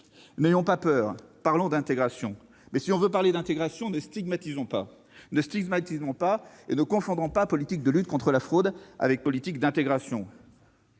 N'ayons pas peur en parlant d'intégration. Mais, si l'on veut parler d'intégration, ne stigmatisons pas et ne confondons pas politique de lutte contre la fraude et politique d'intégration